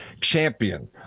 Champion